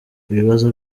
ibibazo